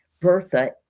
Bertha